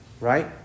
Right